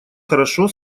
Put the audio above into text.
хорошо